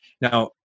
Now